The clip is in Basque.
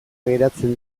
geratzen